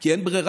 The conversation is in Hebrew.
כי אין ברירה.